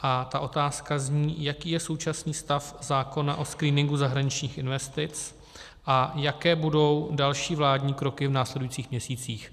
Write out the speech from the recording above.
A ty otázky zní, jaký je současný stav zákona o screeningu zahraničních investic a jaké budou další vládní kroky v následujících měsících.